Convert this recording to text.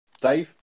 Dave